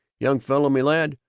young fella me lad,